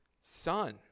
son